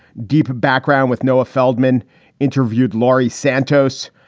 deep background with noah feldman interviewed laurie santos,